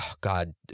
God